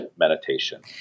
meditation